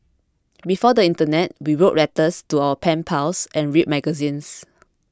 before the internet we wrote letters to our pen pals and read magazines